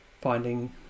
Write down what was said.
finding